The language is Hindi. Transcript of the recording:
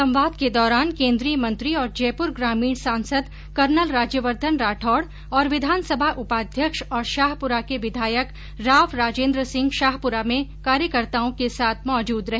संवाद के दौरान केन्द्रीय मंत्री और जयपुर ग्रामीण सांसद कर्नल राज्यवर्द्वन राठौड और विधानसभा उपाध्यक्ष और शाहपुरा के विधायक राव राजेन्द्र सिंह शाहपुरा में कार्यकर्ताओं के साथ मौजूद रहे